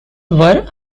were